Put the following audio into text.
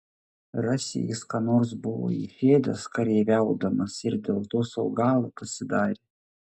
rasi jis ką nors buvo išėdęs kareiviaudamas ir dėl to sau galą pasidarė